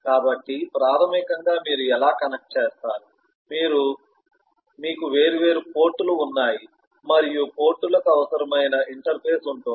కాబట్టి ప్రాథమికంగా మీరు ఎలా కనెక్ట్ చేస్తారు మీకు వేర్వేరు పోర్టులు ఉన్నాయి మరియు పోర్టులకు అవసరమైన ఇంటర్ఫేస్ ఉంటుంది